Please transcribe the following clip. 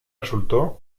resultó